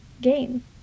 game